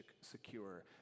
secure